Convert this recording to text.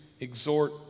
exhort